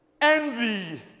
envy